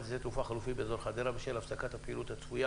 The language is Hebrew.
שדה תעופה חלופי באזור חדרה בשל הפסקת הפעילות הצפויה